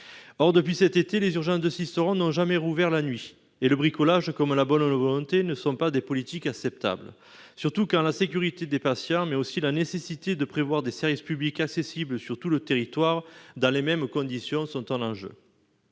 Or, depuis cet été, les urgences de Sisteron n'ont jamais rouvert la nuit. Or le bricolage comme la bonne volonté ne sont pas des politiques acceptables, surtout quand la sécurité des patients mais aussi la nécessaire accessibilité aux services publics sur tout le territoire et dans les mêmes conditions sont en jeu.